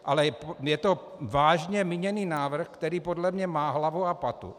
Ale je to vážně míněný návrh, který podle mě má hlavu a patu.